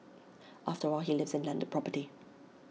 after all he lives in landed property